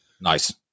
Nice